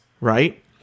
right